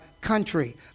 country